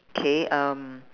K um